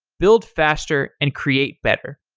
build faster and create better.